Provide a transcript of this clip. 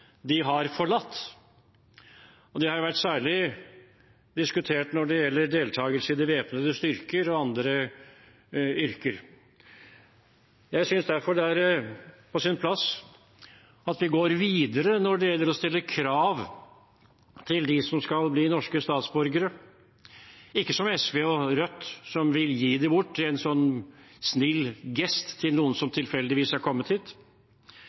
de har forlatt. Det har vært særlig diskutert når det gjelder deltakelse i de væpnede styrker og andre yrker. Jeg synes derfor det er på sin plass at vi går videre når det gjelder å stille krav til dem som skal bli norske statsborgere – ikke som SV og Rødt, som vil gi det bort i en snill gest til noen som tilfeldigvis har kommet hit.